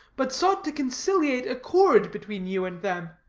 but sought to conciliate accord between you and them.